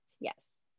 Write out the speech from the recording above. Yes